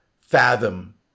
fathom